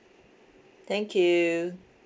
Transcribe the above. thank you